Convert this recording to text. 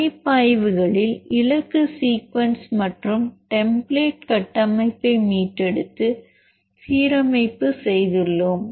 பணிப்பாய்வுகளில் இலக்கு சீக்வென்ஸ் மற்றும் டெம்ப்ளேட் கட்டமைப்பை மீட்டெடுத்து சீரமைப்பு செய்யுதுள்ளோம்